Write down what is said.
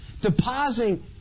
Depositing